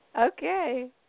Okay